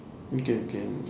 okay we can